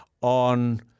on